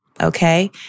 Okay